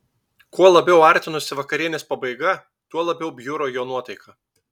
kuo labiau artinosi vakarienės pabaiga tuo labiau bjuro jo nuotaika